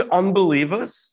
unbelievers